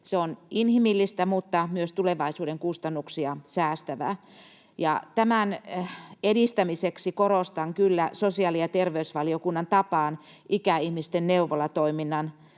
se on inhimillistä, mutta myös tulevaisuuden kustannuksia säästävää. Ja tämän edistämiseksi korostan kyllä sosiaali- ja terveysvaliokunnan tapaan ikäihmisten neuvolatoiminnan